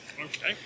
Okay